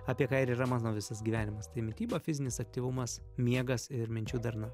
apie ką ir yra mano visas gyvenimas tai mityba fizinis aktyvumas miegas ir minčių darna